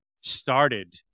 started